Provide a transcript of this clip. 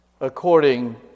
according